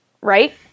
right